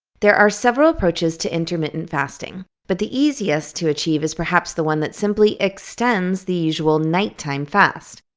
there are several approaches to intermittent fasting, but the easiest to achieve is perhaps the one that simply extends the usual nighttime fast.